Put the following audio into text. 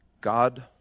God